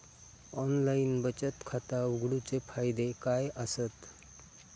Online बचत खाता उघडूचे फायदे काय आसत?